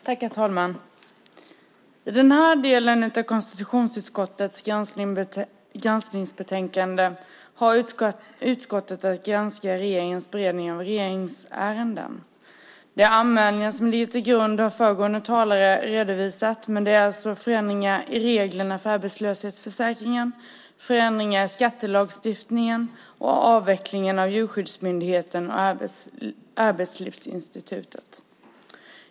Herr talman! I den här delen av konstitutionsutskottets granskningsbetänkande har utskottet att granska regeringens beredning av regeringsärenden. De anmälningar som ligger till grund för granskningen har föregående talare redovisat, men de berör alltså förändringar i reglerna för arbetslöshetsförsäkringen, förändringar i skattelagstiftningen och avvecklingen av Djurskyddsmyndigheten och Arbetslivsinstitutet.